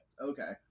Okay